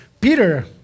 Peter